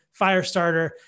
Firestarter